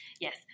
Yes